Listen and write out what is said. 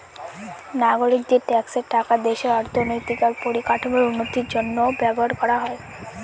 নাগরিকদের ট্যাক্সের টাকা দেশের অর্থনৈতিক আর পরিকাঠামোর উন্নতির জন্য ব্যবহার করা হয়